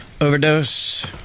Overdose